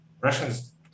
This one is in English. Russians